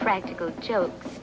practical jokes